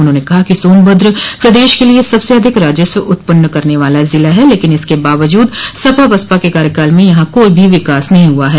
उन्होंने कहा कि सोनभद्र प्रदेश के लिये सबसे अधिक राजस्व उत्पन्न करने वाला जिला है लेकिन इसके बावजूद सपा बसपा के कार्यकाल में यहां कोई भी विकास नहीं हुआ है